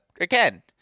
Again